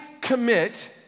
commit